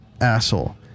asshole